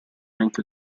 anche